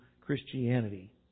Christianity